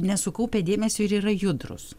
nesukaupia dėmesio ir yra judrūs